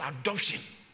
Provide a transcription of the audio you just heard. adoption